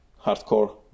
hardcore